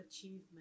achievement